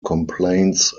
complaints